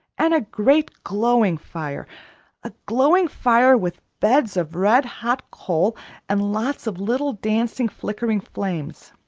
and a great glowing fire a glowing fire with beds of red-hot coal and lots of little dancing, flickering flames.